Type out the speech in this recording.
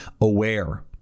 aware